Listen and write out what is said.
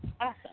Awesome